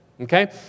Okay